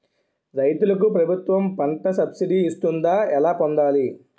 రైతులకు ప్రభుత్వం పంట సబ్సిడీ ఇస్తుందా? ఎలా పొందాలి?